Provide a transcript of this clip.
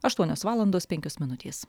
aštuonios valandos penkios minutės